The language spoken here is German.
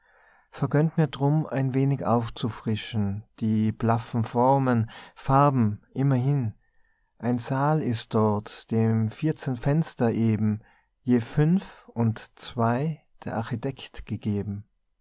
vergönnt mir drum ein wenig aufzufrischen die blaffen formen farben immerhin ein saal ist dort dem vierzehn fenster eben je fünf und zwei der architect gegeben